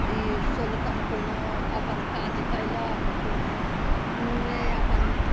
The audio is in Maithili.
ई सोल्हकन कोनो अपन काज कइलक कोनो नुये अपन